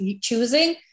choosing